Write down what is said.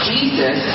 Jesus